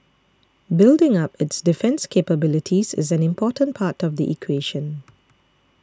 building up its defence capabilities is an important part of the equation